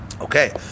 Okay